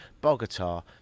bogota